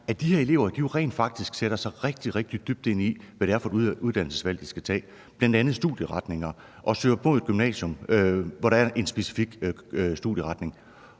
at de her elever rent faktisk sætter sig rigtig, rigtig dybt ind i, hvad det er for et uddannelsesvalg, de skal tage, bl.a. hvad angår studieretning, og søger ind på et gymnasium, hvor der er en specifik studieretning.